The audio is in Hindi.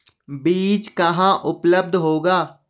बीज कहाँ उपलब्ध होगा?